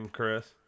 Chris